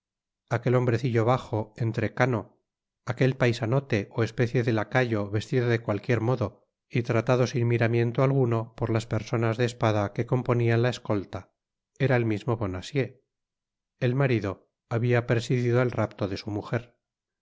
aquel hombrecillo bajo entrecano aquel paisanote ó especie de laca yo vestido de cualquier modo y tratado sin miramiento alguno por las personas de espada que componian la escolta era el mismo bonacieux el marido habia presidido el rapto de su mujer